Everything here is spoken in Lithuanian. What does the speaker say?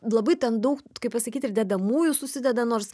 labai ten daug kaip pasakyti ir dedamųjų susideda nors